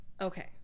Okay